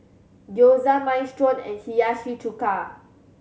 Gyoza Minestrone and Hiyashi Chuka